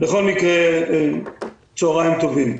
בכל מקרה, צוהריים טובים.